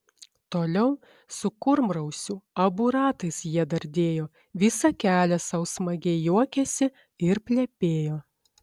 toliau su kurmrausiu abu ratais jie dardėjo visą kelią sau smagiai juokėsi ir plepėjo